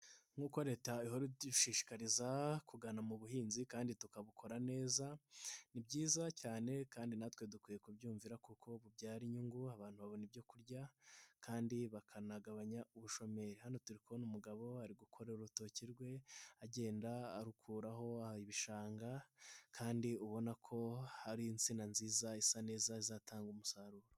Nk'uko leta ihora idushishikariza kugana mu buhinzi kandi tukabukora neza, ni byiza cyane kandi natwe dukwiye kubyumvira kuko bibyara inyungu. Abantu babona ibyo kurya kandi bakanagabanya ubushomeri. Hano turi kubona umugabo, ari gukorera urutoki rwe agenda arukuraho ibishanga kandi ubona ko hari insina nziza isa neza izatanga umusaruro.